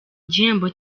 igihembo